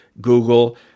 Google